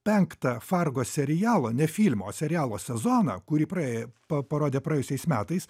penktą fargo serialo ne filmo o serialo sezoną kurį praėjo pa parodė praėjusiais metais